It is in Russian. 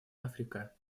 африка